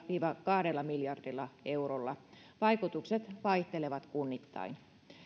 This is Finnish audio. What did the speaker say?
viiva kahdella miljardilla eurolla vaikutukset vaihtelevat kunnittain